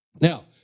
Now